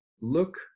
Look